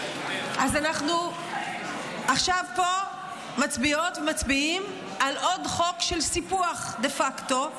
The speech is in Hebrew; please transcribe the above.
אז אנחנו עכשיו מצביעות ומצביעים פה על עוד חוק של סיפוח דה פקטו,